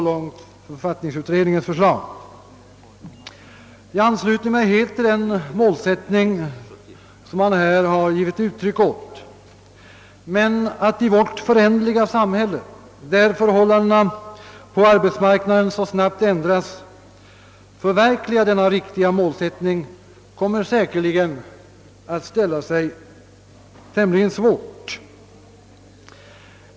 Jag ansluter mig helt till den målsätt ning som författningsutredningen på detta sätt givit uttryck åt. Men att i vårt föränderliga samhälle, där förhållandena på arbetsmarknaden så snabbt ändras, förverkliga denna riktiga målsättning kommer säkerligen att ställa sig tämligen svårt.